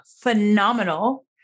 phenomenal